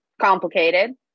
complicated